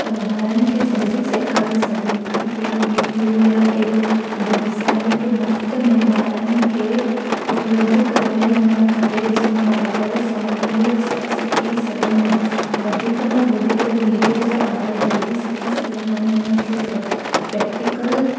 ॿारनि खे जल्दी सेखारे सघे थी अहिड़ो विडिओ या अहिड़ो वेबसाइट मुफ़्त में ॿारनि खे उपलब्ध कराई वञणु खपे जीअं ॿार सवलाई सां सिखी सघनि वधीक में वधीक वोडिओ सां ॿार जल्दी सिखी सघनि था आहिनि उनखे प्रेक्टीकल